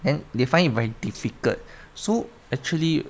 and they find it very difficult so actually